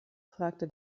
fragte